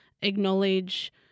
acknowledge